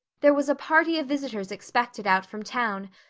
there was a party of visitors expected out from town,